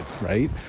right